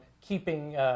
keeping –